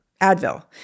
Advil